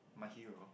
my hero